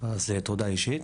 אז תודה אישית.